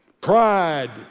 Pride